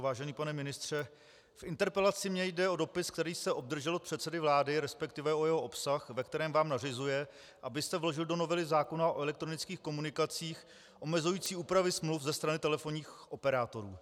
Vážený pane ministře, v interpelaci mi jde o dopis, který jste obdržel od předsedy vlády, resp. o jeho obsah, ve kterém vám nařizuje, abyste vložil do novely zákona o elektronických komunikacích omezující úpravy smluv ze strany telefonních operátorů.